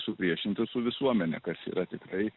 supriešinti su visuomene kas yra tikrai